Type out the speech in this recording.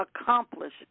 accomplish